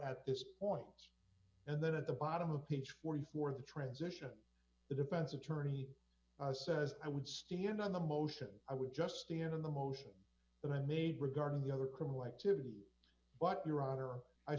at this point and then at the bottom of page forty four the transition the defense attorney says i would stand on the motion i would just stand on the motion that i made regarding the other criminal activity but